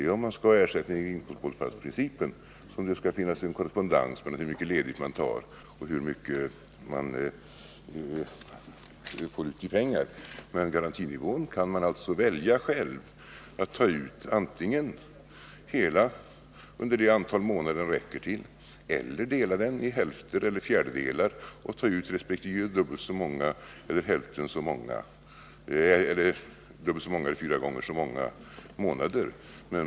Bara om man skall ha ersättning enligt inkomstbortfallsprincipen, skall det finnas en korrespondens mellan hur mycket ledigt man tar och hur mycket man får ut i pengar. Hur man skall ta ut garantinivån kan man själv välja. Antingen kan man ta ut hela garantinivån under det antal månader den räcker till, eller också kan man dela den i hälfter eller fjärdedelar och ta ut den under dubbelt så många resp. fyra gånger så många månader.